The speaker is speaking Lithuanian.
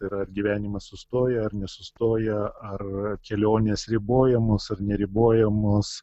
tai yra ar gyvenimas sustoja ar nesustoja ar kelionės ribojamos ar neribojamos